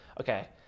okay